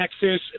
Texas